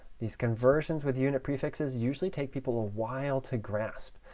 these conversions with unit prefixes usually take people a while to grasp.